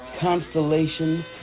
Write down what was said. Constellation